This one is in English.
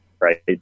right